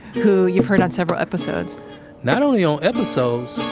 who you've heard on several episodes not only on episodes.